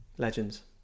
legends